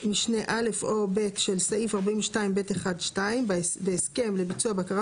משנה (א) או (ב) של סעיף 41(ב1)(2) בהסכם לביצוע בקרה